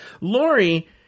Lori